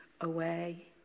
away